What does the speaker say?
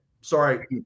Sorry